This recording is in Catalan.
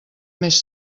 més